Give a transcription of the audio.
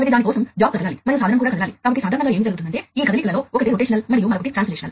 కాబట్టి ఇది భారీ పరిణామాలను కలిగి ఉంది అందుకే ఇది ప్రామాణికం చేయబడింది ఇది PC మార్కెట్ లాగా అన్నమాట